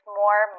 more